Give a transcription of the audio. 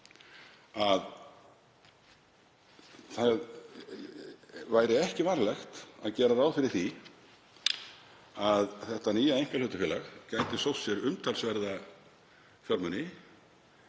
að það væri ekki varlegt að gera ráð fyrir því að þetta nýja einkahlutafélag gæti sótt sér umtalsverða fjármuni